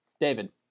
David